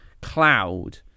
cloud